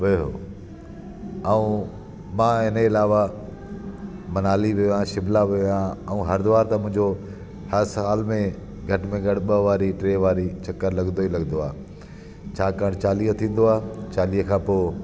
वयुमि ऐं मां हिन जे अलावा मनाली वियो आहियां शिमला वियो आहियां ऐं हरिद्वार त मुंजो हर साल में घटि में घटि ॿ वारी टे वारी चकर लॻंदो ई लॻंदो आहे छाकाणि चालीहो थींदो आहे चालीहे खां पोइ